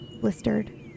blistered